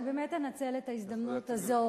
אני באמת אנצל את ההזדמנות הזאת